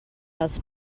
els